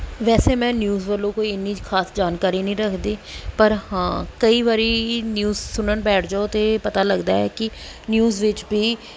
ਵੈਸੇ ਮੈਂ ਨਿਊਜ਼ ਵੱਲੋਂ ਕੋਈ ਇੰਨੀ ਖਾਸ ਜਾਣਕਾਰੀ ਨਹੀਂ ਰੱਖਦੀ ਪਰ ਹਾਂ ਕਈ ਵਾਰੀ ਨਿਊਜ਼ ਸੁਣਨ ਬੈਠ ਜਾਓ ਤਾਂ ਪਤਾ ਲੱਗਦਾ ਹੈ ਕਿ ਨਿਊਜ਼ ਵਿੱਚ ਵੀ